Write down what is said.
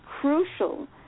crucial